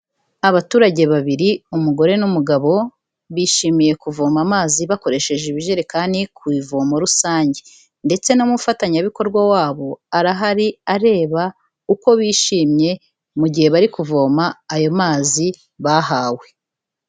Abaturage babiri umugore n'umugabo, bishimiye kuvoma amazi bakoresheje ibijerekani ku ivomo rusange ndetse n'umufatanyabikorwa wabo arahari areba uko bishimye mu gihe bari kuvoma ayo mazi bahawe.